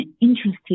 interesting